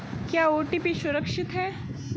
क्या ओ.टी.पी सुरक्षित है?